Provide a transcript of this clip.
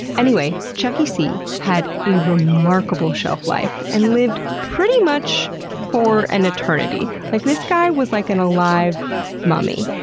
anyway, chucky c had a remarkable shelf life and lived pretty much for an eternity. like this guy was like an alive mummy.